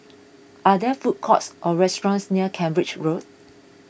are there food courts or restaurants near Cambridge Road